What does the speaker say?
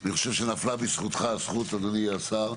אני חושב שנפלה בזכותך, זכות אדוני השר,